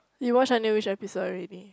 you watch until which episode already